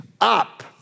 up